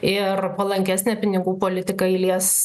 ir palankesnė pinigų politiką įlies